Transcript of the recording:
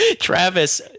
Travis